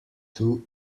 too